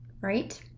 Right